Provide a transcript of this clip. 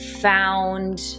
found